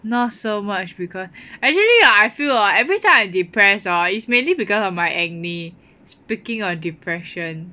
not so much because actually I feel lah everytime I depressed orh is mainly because of my acne speaking of depression